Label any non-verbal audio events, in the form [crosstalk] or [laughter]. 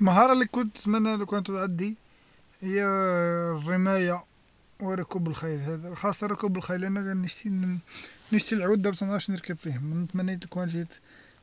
المهارة اللي كنت اتمنى لو كانت عندي هي [hesitation] الرماية وركوب الخيل هذ- خاصة ركوب الخيل أنا نشتي ن- نشتي العود ما عرفش نركب فيه من تمنيت كون جيت